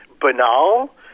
banal